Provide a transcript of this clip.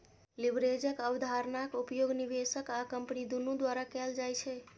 लीवरेजक अवधारणाक उपयोग निवेशक आ कंपनी दुनू द्वारा कैल जाइ छै